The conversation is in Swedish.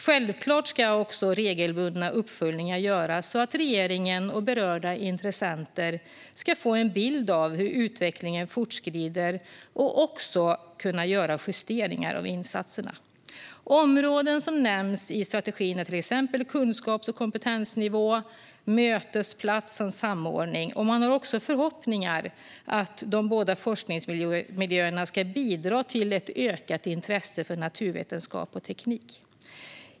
Självklart ska också regelbundna uppföljningar göras så att regeringen och berörda intressenter får en bild av hur utvecklingen fortskrider och kan göra justeringar av insatserna. Områden som nämns i strategin är till exempel kunskaps och kompetensnivå, mötesplats och samordning. Man har också förhoppningar om att de båda forskningsmiljöerna ska bidra till ett ökat intresse för naturvetenskap och teknik.